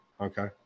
okay